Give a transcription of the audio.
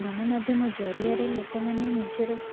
ଗଣମାଧ୍ୟମ ଜରିଆରେ ଲୋକ ମାନେ ନିଜର